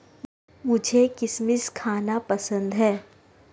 मुझें किशमिश खाना पसंद है